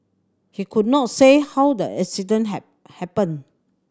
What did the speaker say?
he could not say how the accident had happened